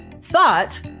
thought